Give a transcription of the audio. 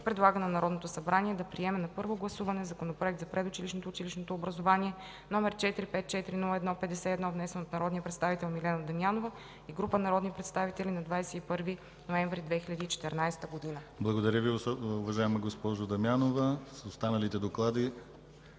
предлага на Народното събрание да приеме на първо гласуване Законопроект за предучилищното и училищното образование, № 454-01-51, внесен от народния представител Милена Дамянова и група народни представители на 21 ноември 2014 г.” ПРЕДСЕДАТЕЛ ДИМИТЪР ГЛАВЧЕВ: Благодаря, уважаема госпожо Дамянова. С останалите доклади